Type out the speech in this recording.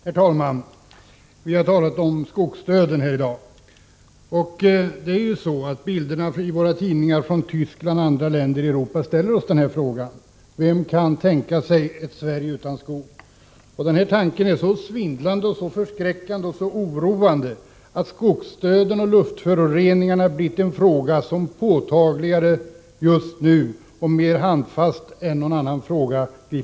Herr talman! Vi har talat om skogsdöden i dag. Bilderna i våra tidningar från Västtyskland och andra länder i Europa ställer oss ju inför frågan: Vem kan tänka sig ett Sverige utan skog? Tanken är så svindlande, så förskräckande och så oroande att skogsdöden och luftföroreningarna har blivit en fråga som just nu är påtagligare, och griper tag i oss mera handfast, än någon annan fråga.